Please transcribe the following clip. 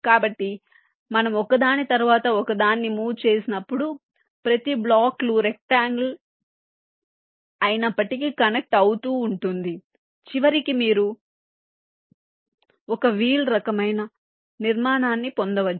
కాబట్టి మనము ఒకదాని తరువాత ఒకదాన్ని మూవ్ చేసినప్పుడు ప్రతి బ్లాక్లు రెక్టఅంగెల్ అయినప్పటికీ కనెక్ట్ అవుతూ ఉంటుంది చివరికి మీరు ఒక వీల్ రకమైన నిర్మాణాన్ని పొందవచ్చు